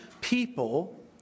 people